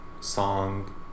song